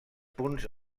punts